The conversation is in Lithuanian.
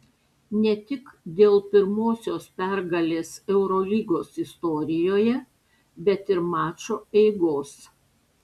ne tik dėl pirmosios pergalės eurolygos istorijoje bet ir mačo eigos